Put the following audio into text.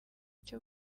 cyo